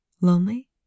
lonely